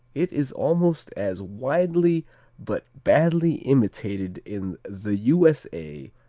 it is almost as widely but badly imitated in the u s a,